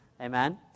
Amen